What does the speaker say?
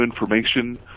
information